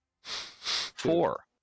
Four